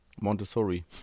Montessori